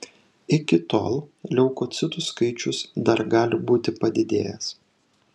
iki tol leukocitų skaičius dar gali būti padidėjęs